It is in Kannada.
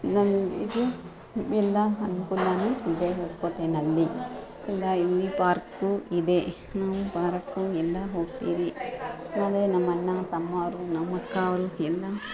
ನಮಗೆ ಎಲ್ಲ ಅನುಕೂಲವೂ ಇದೆ ಹೊಸಕೋಟೆಯಲ್ಲಿ ಎಲ್ಲ ಇಲ್ಲಿ ಪಾರ್ಕು ಇದೆ ನಾವು ಪಾರ್ಕು ಎಲ್ಲ ಹೋಗ್ತೀವಿ ಹಾಗೆ ನಮ್ಮ ಅಣ್ಣ ತಮ್ಮವರು ನಮ್ಮ ಅಕ್ಕ ಅವ್ರು ಎಲ್ಲ